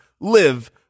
live